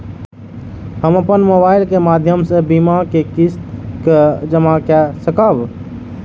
हम अपन मोबाइल के माध्यम से बीमा के किस्त के जमा कै सकब?